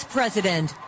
President